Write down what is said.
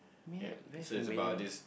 very familiar ah